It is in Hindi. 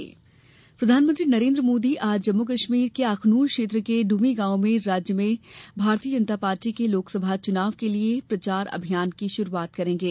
मोदी रैली प्रधानमंत्री नरेन्द्र मोदी आज जम्मू कश्मीर के अखनूर क्षेत्र के ड्रमी गांव से राज्य में भारतीय जनता पार्टी के लोकसभा चुनाव के लिए प्रचार अभियान की षुरूआत करेंगे